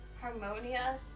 Harmonia